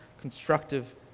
constructive